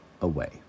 away